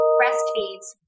breastfeeds